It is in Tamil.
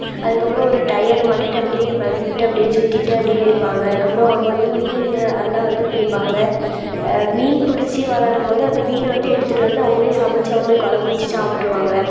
அதுக்கப்புறம் ஒரு டையர் மாட்டிகிட்டு அப்படியே மிதந்துட்டு அப்படியே சுற்றிட்டு அப்படியேயிருப்பாங்க அப்புறம் அங்கே வந்து மீன் அதெல்லாம் வந்து பிடிப்பாங்க மீன் பிடிச்சி விளாடும்போது அந்த மீனை வந்து எடுத்துகிட்டு வந்து அவங்களே சமைச்சி அவங்களே கொழம்பு வச்சு சாப்பிட்டுருவாங்க